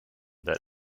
that